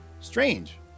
Strange